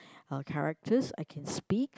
uh characters I can speak